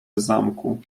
zamku